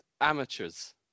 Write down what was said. amateurs